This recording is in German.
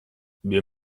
wir